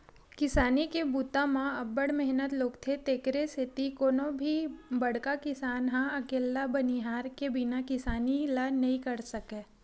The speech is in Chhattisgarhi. किसानी के बूता म अब्ब्ड़ मेहनत लोगथे तेकरे सेती कोनो भी बड़का किसान ह अकेल्ला बनिहार के बिना किसानी ल नइ कर सकय